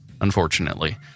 unfortunately